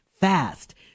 fast